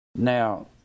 now